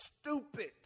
stupid